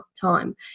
time